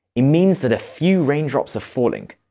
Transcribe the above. it means that a few raindrops are falling,